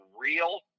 real